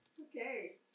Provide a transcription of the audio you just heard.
Okay